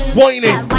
Whining